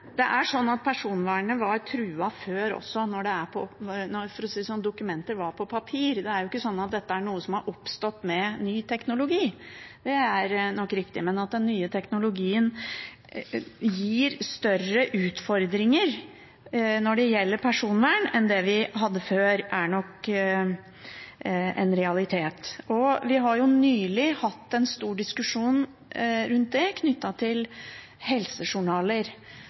Personvernet var truet før også når dokumenter var på papir, for å si det sånn. Det er ikke sånn at dette er noe som har oppstått med ny teknologi, det er nok riktig. Men at den nye teknologien gir større utfordringer når det gjelder personvern enn det vi hadde før, er nok en realitet. Vi har nylig hatt en stor diskusjon rundt det knyttet til helsejournaler